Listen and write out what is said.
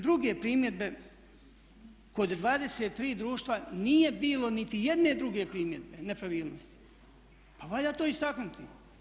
Druge primjedbe kod 23 društva nije bilo niti jedne druge primjedbe nepravilnosti, a valja to istaknuti.